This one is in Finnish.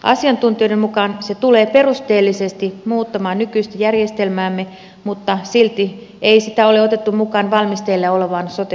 asiantuntijoiden mukaan se tulee perusteellisesti muuttamaan nykyistä järjestelmäämme mutta silti ei sitä ole otettu mukaan valmisteilla olevaan sote uudistukseen